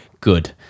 good